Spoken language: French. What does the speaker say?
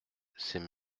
c’est